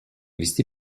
вести